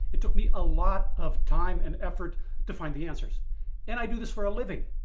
it took me a lot of time and effort to find the answers and i do this for a living.